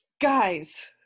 Guys